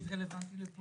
למה זה רלוונטי לפה?